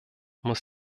muss